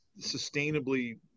sustainably